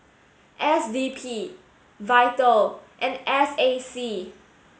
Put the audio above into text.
S D P VITAL and S A C